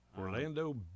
Orlando